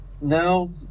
No